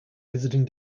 visiting